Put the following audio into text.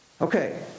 okay